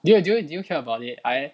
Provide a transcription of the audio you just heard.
did you did you did you hear about it I